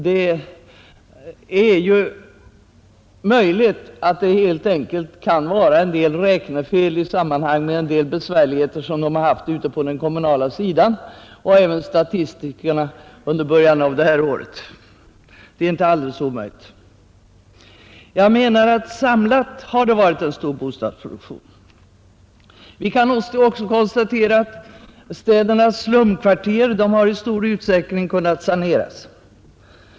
Det är möjligt att det helt enkelt kan förekomma en del räknefel i sammanhanget beroende på en del besvärligheter som man haft på den kommunala sidan och som även statistikerna haft i början av detta år. Det är inte alldeles omöjligt. Men tillsammantaget har det varit en stor bostadsproduktion och den har kulminerat under 1960-talet. Vi kan också konstatera att städernas slumkvarter i stor utsträckning har kunnat saneras.